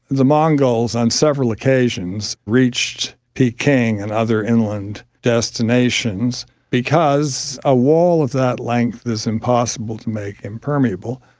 the mongols on several occasions reached peking and other inland destinations because a wall of that length is impossible to make impermeable.